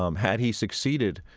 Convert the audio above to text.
um had he succeeded,